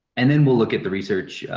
and then we'll look at the research.